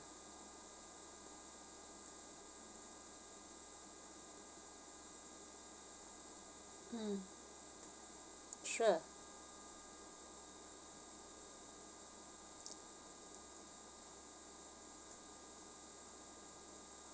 mm sure